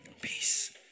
Peace